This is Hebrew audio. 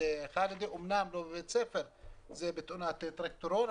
אמנם לא בבית ספר אלא בתאונת טרקטורון,